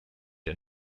der